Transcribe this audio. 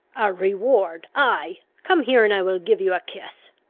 a reward! ay, come here, and i will give you a kiss.